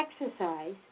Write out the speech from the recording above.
exercise